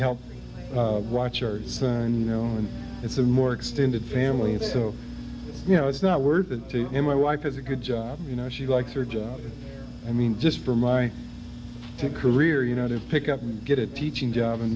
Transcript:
help watch your son you know and it's a more extended family it's so you know it's not worth it to him my wife has a good job you know she likes her job i mean just for my career you know to pick up and get it teaching job and